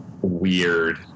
weird